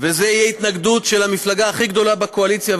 וזאת תהיה התנגדות של המפלגה הכי גדולה בקואליציה,